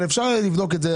אבל אפשר לבדוק את זה,